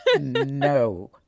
No